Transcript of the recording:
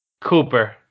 Cooper